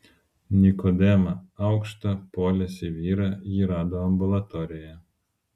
nikodemą aukštą poliesį vyrą ji rado ambulatorijoje